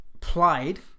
played